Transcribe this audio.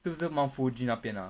是不是 mount fuji 那边 ah